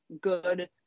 good